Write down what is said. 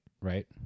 right